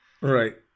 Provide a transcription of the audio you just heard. Right